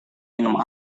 minum